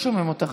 לא שומעים אותך.